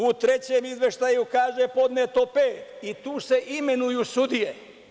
U trećem izveštaju se kaže da je podneto pet, i tu se imenuju sudije.